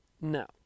No